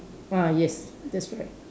ah yes that's right